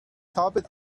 stopped